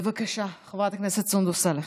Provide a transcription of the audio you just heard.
בבקשה, חברת הכנסת סונדוס סאלח.